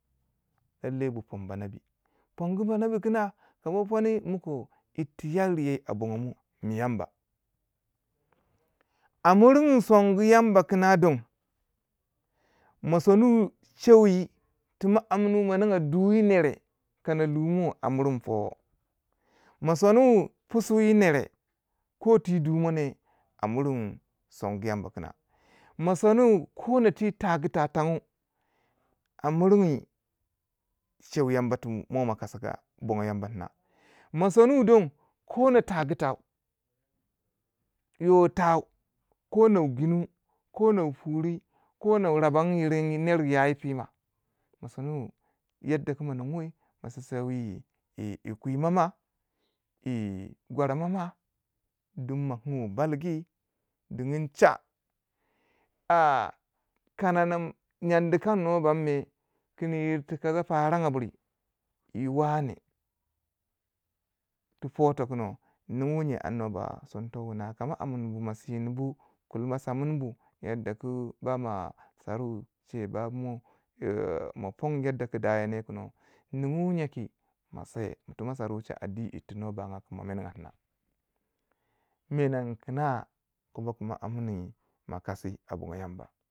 lailai bu pon banabi, pongu banabi kina ka ba poni muko yir ti yayirye a bongomu mi yamba a murgu songu yamba kina don ma sonu wi chew wi ti ma amunu ma ninga du yi nere kana din moi a mirgu towo, mo soni pisu mo yi nere ko ti du mo ne a murungu songu yamba ki na mo sonu ko na ti tagu tau tangau a miringi cheu yamba to mo ma kasagu a cheu yamba tina mo sonu don ko na tagu tau yo tau ko na wu gwini, ko nawu puri. ko nuwa raban yiranyi ner wu ya yi pima mo soni yadakama ninguwi mo sinsiye yi yo, yi yi kwimo ma, yi gwaranma ma din mo kinu balgi dinin cha. A kana nam nyan dikan nwa bam me kin yirtikan faran ga buri yi waneh tu po to kun on nyin nugu nye and nwo ba son to wuna, ka ma amun bu ma sinubu kulma samunbu yad daku ba ma saru cheu bamo mo pon yanda ku daya ne kun on nyi ningu nye ki ma se tu ma saru cha a di yirtu nwo bangai kun mo menaga tina menan ki na ko bo ku mo amini ma kasi a bongo yamba.